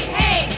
hey